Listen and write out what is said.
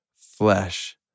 flesh